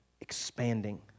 expanding